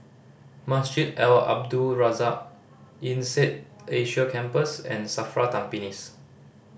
Masjid Al Abdul Razak INSEAD Asia Campus and SAFRA Tampines